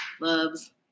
loves